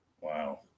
Wow